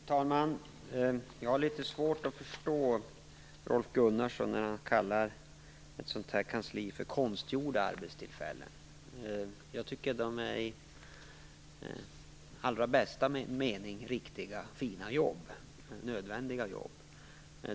Herr talman! Jag har litet svårt att förstå Rolf Gunnarsson när han kallar jobben på ett sådant här kansli för konstgjorda arbetstillfällen. Jag tycker att de är i allra bästa mening riktiga och nödvändiga jobb.